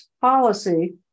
policy